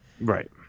Right